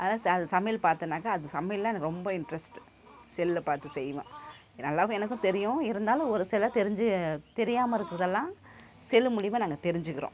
அதாவது ச சமையல் பார்த்தேனாக்கா அது சமையல்ன்னால் எனக்கு ரொம்ப இன்ட்ரெஸ்ட் செல்லில் பார்த்து செய்வேன் நல்லாவும் எனக்கும் தெரியும் இருந்தாலும் ஒரு சிலது தெரிஞ்சு தெரியாமல் இருக்கிறதெல்லாம் செல்லு மூலயமா நாங்கள் தெரிஞ்சுக்குறோம்